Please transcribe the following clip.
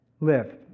live